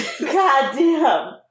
Goddamn